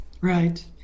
Right